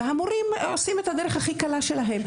והמורים עושים את הדרך הכי קלה עבורם.